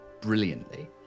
brilliantly